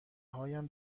هایم